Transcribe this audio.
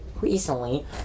recently